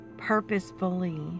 purposefully